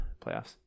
playoffs